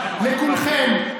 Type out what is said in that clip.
לכולכם,